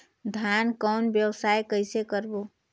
धान कौन व्यवसाय कइसे करबो?